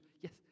Yes